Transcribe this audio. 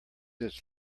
its